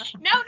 no